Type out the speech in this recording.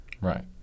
right